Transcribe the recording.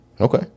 Okay